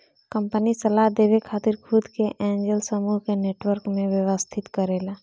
company सलाह देवे खातिर खुद के एंजेल समूह के नेटवर्क में व्यवस्थित करेला